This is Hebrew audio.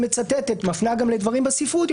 היא מצטטת ומפנה גם לדברים בספרות.